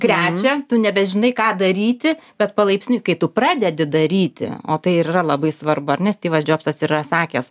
krečia tu nebežinai ką daryti bet palaipsniui kai tu pradedi daryti o tai ir yra labai svarbu ar ne styvas džobsas yra sakęs